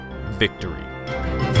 victory